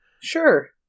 Sure